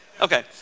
Okay